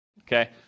okay